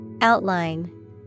Outline